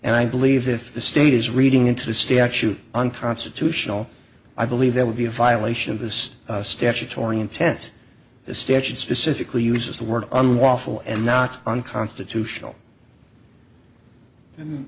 and i believe if the state is reading into the statute unconstitutional i believe there would be a violation of this statutory intent the statute specifically uses the word unlawful and not unconstitutional